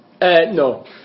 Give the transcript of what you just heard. No